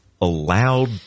allowed